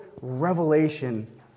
revelation